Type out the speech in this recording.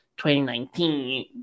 2019